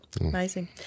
Amazing